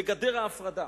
בגדר ההפרדה.